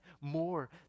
more